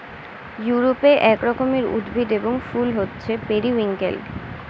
ইউরোপে এক রকমের উদ্ভিদ এবং ফুল হচ্ছে পেরিউইঙ্কেল